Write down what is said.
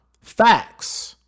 facts